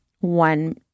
one